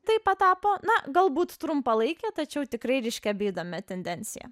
tai patapo na galbūt trumpalaikė tačiau tikrai ryškia bei įdomia tendencija